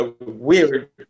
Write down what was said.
weird